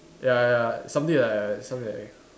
ya ya something like something like